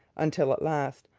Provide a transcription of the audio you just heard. until at last,